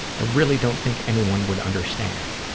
i really don't think anyone would understand.